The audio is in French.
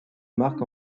marque